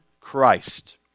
christ